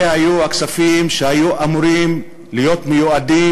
אלה היו הכספים שהיו אמורים להיות מיועדים